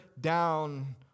down